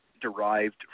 derived